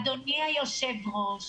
אדוני היושב ראש,